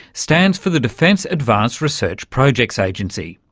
stands for the defence advanced research projects agency.